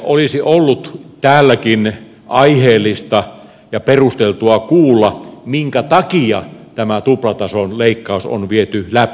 olisi ollut täälläkin aiheellista ja perusteltua kuulla minkä takia tämä tuplatason leikkaus on viety läpi